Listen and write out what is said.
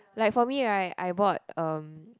like for me right I bought um